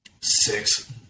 Six